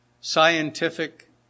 scientific